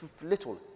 little